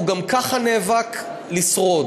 הוא גם ככה נאבק לשרוד,